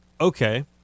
okay